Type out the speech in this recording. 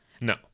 No